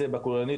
בתכנית הכוללנית,